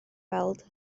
weld